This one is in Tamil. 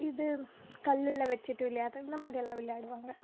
இது கல்லில் வச்சுட்டு விளையாடுறது இந்த மாதிரியெல்லாம் விளையாடுவாங்க